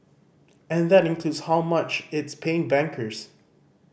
and that includes how much it's paying bankers